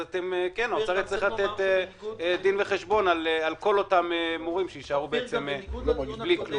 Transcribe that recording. האוצר יצטרך לתת דין וחשבון על כל אותם מורים שיישארו בלי כלום.